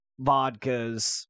vodkas